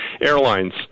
airlines